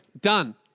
Done